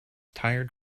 tired